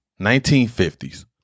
1950s